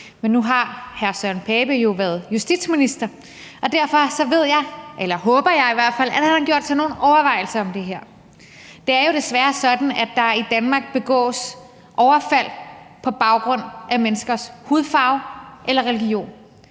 men nu har hr. Søren Pape Poulsen jo været justitsminister, og derfor ved jeg, eller jeg håber i hvert fald, at han har gjort sig nogle overvejelser om det her. Det er jo desværre sådan, at der i Danmark begås overfald på baggrund af menneskers hudfarve eller religion.